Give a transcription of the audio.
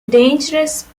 dangerous